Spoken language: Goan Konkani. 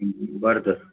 बरें तर